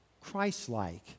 Christ-like